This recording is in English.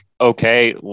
okay